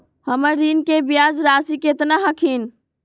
हमर ऋण के ब्याज रासी केतना हखिन?